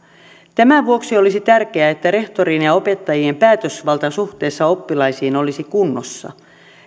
tämän vuoksi olisi tärkeää että rehtorin ja opettajien päätösvalta suhteessa oppilaisiin olisi kunnossa